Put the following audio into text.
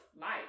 life